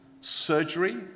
surgery